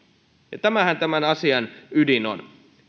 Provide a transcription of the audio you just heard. tämähän tämän asian ydin on